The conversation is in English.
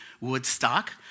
Woodstock